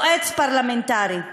יועץ פרלמנטרי,